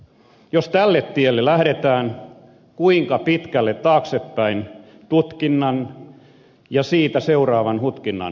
jos tälle tielle lähdetään kuinka pitkälle taaksepäin tutkinnan ja siitä seuraavan hutkinnan ulotamme